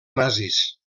nazis